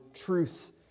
truth